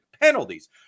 penalties